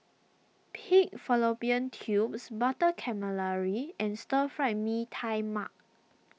Pig Fallopian Tubes Butter Calamari and Stir Fried Mee Tai Mak